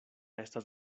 estas